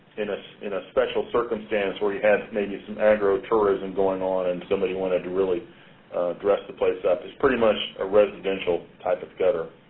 in ah in a special circumstance where you had maybe some agro-tourism going on and somebody wanted to really dress the place up. it's pretty much a residential type of gutter.